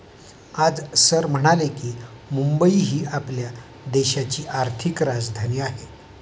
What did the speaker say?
आज सर म्हणाले की, मुंबई ही आपल्या देशाची आर्थिक राजधानी आहे